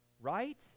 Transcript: right